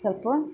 ಸ್ವಲ್ಪ